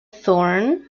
thorn